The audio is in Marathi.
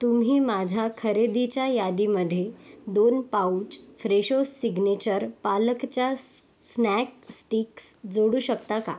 तुम्ही माझ्या खरेदीच्या यादीमध्ये दोन पाउच फ्रेशो सिग्नेचर पालकच्या स् स्नॅक स्टिक्स जोडू शकता का